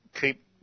keep